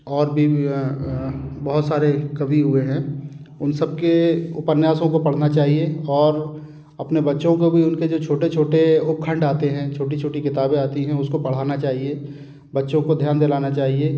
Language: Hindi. और भी बहुत सारे कवि हुए हैं उन सब के उपन्यासों को पढ़ना चाहिए और अपने बच्चों को भी उनके जो छोटे छोटे जो खण्ड आते हैं छोटी छोटी किताबें आती हैं उसको पढ़ाना चाहिए बच्चों को ध्यान दिलाना चाहिए